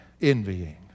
Envying